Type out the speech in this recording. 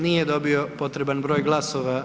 Nije dobio potreban broj glasova.